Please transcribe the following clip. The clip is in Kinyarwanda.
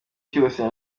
cyose